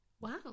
Wow